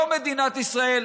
לא מדינת ישראל,